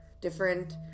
different